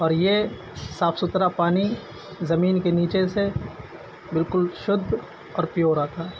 اور یہ صاف سھترا پانی زمین کے نیچے سے بالکل شدھ اور پیور آتا ہے